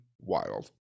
Wild